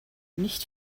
nicht